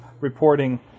reporting